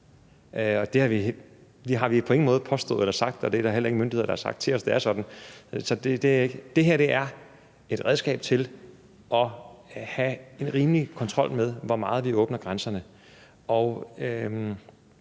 Det har vi på ingen måde påstået eller sagt, og der er heller ingen myndigheder, der har sagt til os, at det er sådan. Det her er et redskab til at have en rimelig kontrol med, hvor meget vi åbner grænserne.